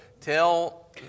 tell